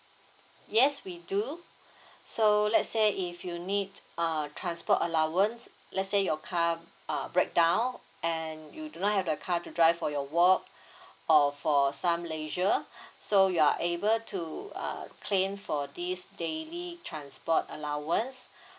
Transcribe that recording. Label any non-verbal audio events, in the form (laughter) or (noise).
yes we do (breath) so let's say if you need a transport allowance let's say your car uh breakdown and you do not have a car to drive for your work (breath) or for some leisure (breath) so you are able to uh claim for this daily transport allowance (breath)